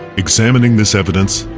examining this evidence,